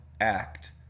act